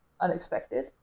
unexpected